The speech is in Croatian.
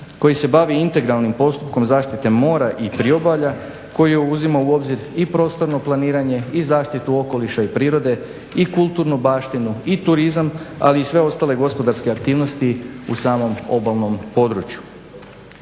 koji se bavi integralnim postupkom zaštite mora i priobalja, koji je uzimao u obzir i prostorno planiranje i zaštitu okoliša i prirode i kulturnu baštinu i turizam, ali i sve ostale gospodarske aktivnosti u samom obalnom području.